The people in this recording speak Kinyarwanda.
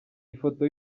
ifoto